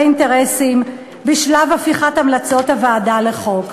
אינטרסים בשלב הפיכת המלצות הוועדה לחוק.